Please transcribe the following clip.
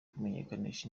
kumenyekanisha